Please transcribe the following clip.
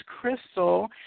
crystal